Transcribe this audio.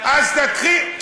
אז תתחיל,